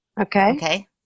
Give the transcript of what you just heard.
okay